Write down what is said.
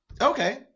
Okay